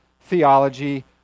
theology